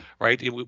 right